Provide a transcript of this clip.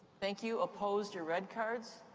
thank you. opposed, your red cards.